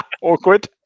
awkward